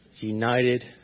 united